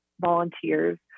volunteers